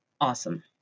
Awesome